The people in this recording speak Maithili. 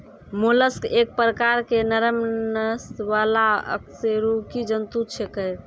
मोलस्क एक प्रकार के नरम नस वाला अकशेरुकी जंतु छेकै